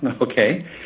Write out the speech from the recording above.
Okay